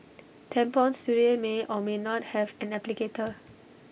tampons today may or may not have an applicator